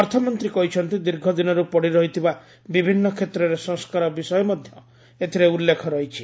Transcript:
ଅର୍ଥମନ୍ତ୍ରୀ କହିଛନ୍ତି ଦୀର୍ଘ ଦିନରୁ ପଡ଼ିରହିଥିବା ବିଭିନ୍ନ କ୍ଷେତ୍ରରେ ସଂସ୍କାର ବିଷୟ ମଧ୍ୟ ଏଥିରେ ଉଲ୍ଲେଖ ରହିଛି